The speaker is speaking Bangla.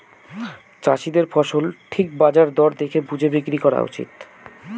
চাষীদের ফসল ঠিক বাজার দর দেখে বুঝে বিক্রি করা উচিত